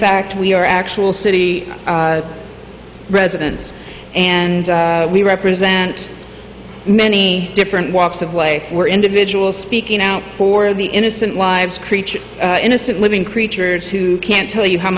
fact we are actual city residents and we represent many different walks of life were individuals speaking out for the innocent lives creature innocent living creatures who can't tell you how